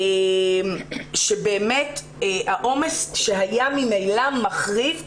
שבאמת העומס שהיה ממילא מחריף,